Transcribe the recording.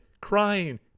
crying